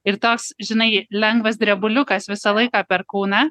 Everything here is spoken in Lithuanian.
ir toks žinai lengvas drebuliukas visą laiką per kūną